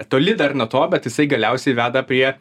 toli dar nuo to bet jisai galiausiai veda prie